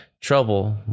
trouble